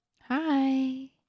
Hi